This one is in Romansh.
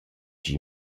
chi